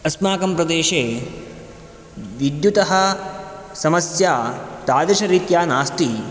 अस्माकं प्रदेशे विद्युतः समस्या तादृशरीत्या नास्ति